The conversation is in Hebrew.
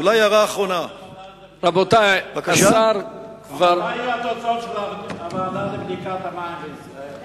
מתי יהיו התוצאות של הוועדה לבדיקת נושא המים בישראל?